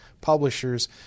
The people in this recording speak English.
publishers